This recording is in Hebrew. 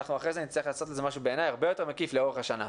אחרי זה נצטרך לעשות משהו הרבה יותר מקיף לאורך השנה.